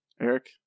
Eric